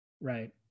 right